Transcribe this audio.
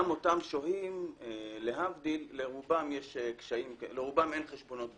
גם אותם שוהים, להבדיל, לרובם אין חשבונות בנקים.